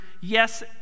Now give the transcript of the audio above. yes